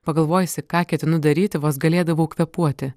pagalvojusi ką ketinu daryti vos galėdavau kvėpuoti